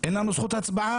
אין לנו זכות הצבעה.